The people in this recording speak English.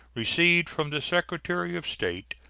received from the secretary of state,